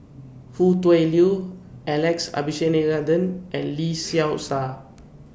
Foo Tui Liew Alex Abisheganaden and Lee Seow Ser